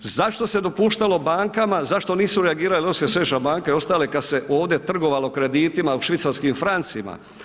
Zašto se dopuštalo bankama, zašto nije reagirala Europska središnja banka i ostale kada se ovdje trgovalo kreditima u švicarskim francima?